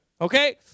Okay